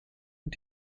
und